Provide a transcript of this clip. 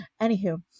Anywho